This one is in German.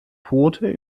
quote